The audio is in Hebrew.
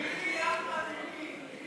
ממי, אחמד, ממי?